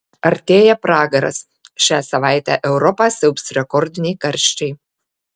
artėja pragaras šią savaitę europą siaubs rekordiniai karščiai